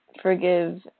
forgive